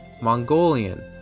Mongolian